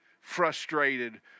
frustrated